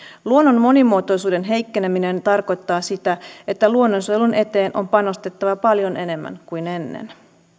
luonnon monimuotoisuuden heikkeneminen tarkoittaa sitä että luonnonsuojelun eteen on panostettava paljon enemmän kuin ennen